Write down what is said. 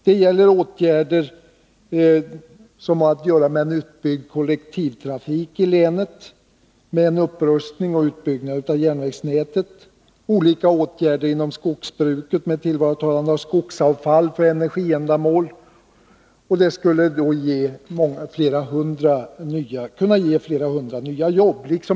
Det gäller åtgärder som har att göra med en utbyggd kollektivtrafik i länet, med en upprustning och utbyggnad av järnvägsnätet samt olika åtgärder inom skogsbruket för tillvaratagande av skogsavfall för energiändamål. Det skulle kunna ge flera hundra nya jobb.